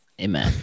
Amen